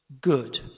good